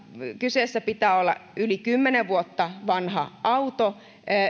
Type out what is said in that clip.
kyseessä pitää olla yli kymmenen vuotta vanha auto